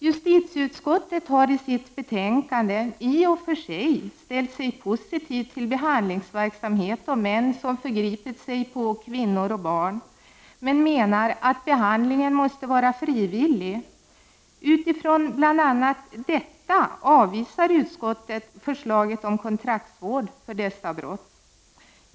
Justitieutskottet har i sitt betänkande i och för sig ställt sig positivt till behandling av män som förgripit sig på kvinnor och barn men menar att behandlingen måste vara frivillig. Utifrån bl.a. detta avvisar utskottet förslaget om kontraktsvård för dessa brott.